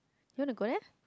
you want to go there